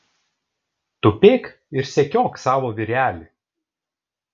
tupėk ir sekiok savo vyrelį